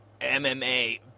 MMA